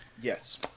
Yes